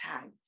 tag